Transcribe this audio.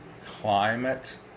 climate